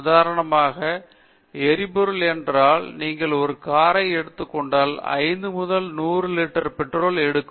உதாரணமாக எரிபொருள் என்றால் நீங்கள் ஒரு காரை எடுத்துக் கொண்டால் அது 5 முதல் 100 லிட்டர் பெட்ரோல் எடுக்கும்